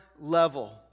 level